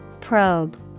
Probe